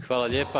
Hvala lijepo.